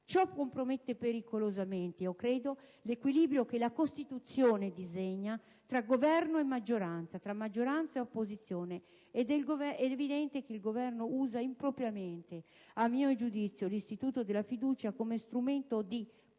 Ciò compromette pericolosamente l'equilibrio che la Costituzione disegna tra Governo e maggioranza e tra maggioranza e opposizione ed è evidente che il Governo usa impropriamente l'istituto della fiducia come strumento di controllo